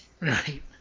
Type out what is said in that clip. Right